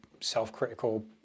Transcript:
self-critical